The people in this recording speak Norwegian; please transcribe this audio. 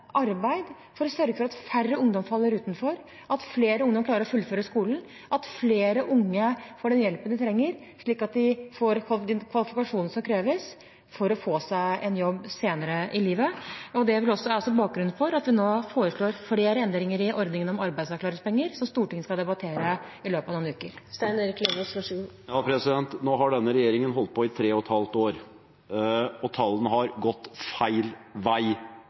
arbeid for å sørge for at færre ungdommer faller utenfor, at flere ungdommer klarer å fullføre skolen, at flere unge får den hjelpen de trenger slik at de får den kvalifikasjonen som kreves for å få en jobb senere i livet. Det er bakgrunnen for at vi nå foreslår flere endringer i ordningen om arbeidsavklaringspenger som Stortinget skal debattere i løpet av noen uker. Nå har denne regjeringen holdt på i 3,5 år, og tallene har gått feil vei